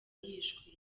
yishwe